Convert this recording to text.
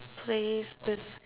place with